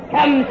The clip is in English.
Come